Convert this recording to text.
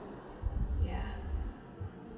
ya